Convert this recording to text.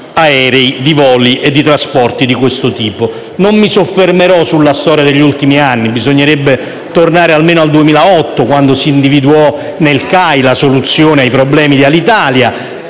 aerei, di voli, di trasporti di questo tipo. Non mi soffermerò sulla storia degli ultimi anni; bisognerebbe tornare almeno al 2008, quando si individuò nella CAI la soluzione ai problemi di Alitalia: